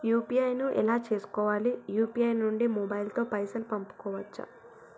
UPI ను ఎలా చేస్కోవాలి యూ.పీ.ఐ నుండి మొబైల్ తో పైసల్ పంపుకోవచ్చా?